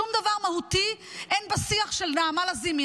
שום דבר מהותי אין בשיח של נעמה לזימי.